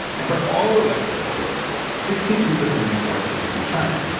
and for all the west coast ports, sixty two percent of imports came from china.